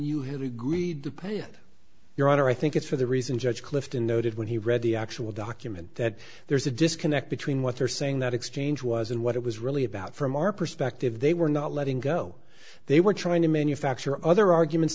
you have agreed to pay it your honor i think it's for the reason judge clifton noted when he read the actual document that there's a disconnect between what they're saying that exchange was and what it was really about from our perspective they were not letting go they were trying to manufacture other arguments